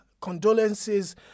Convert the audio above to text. Condolences